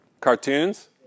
Cartoons